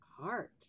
Heart